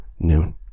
noon